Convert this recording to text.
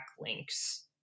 links